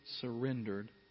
surrendered